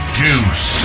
juice